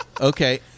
Okay